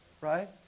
right